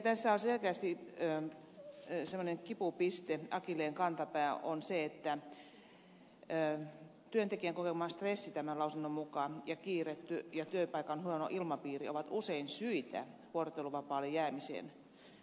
tässä on selkeästi semmoinen kipupiste akilleenkantapää että tämän lausunnon mukaan työntekijän kokema stressi ja kiire ja työpaikan huono ilmapiiri ovat usein syitä vuorotteluvapaalle jäämiseen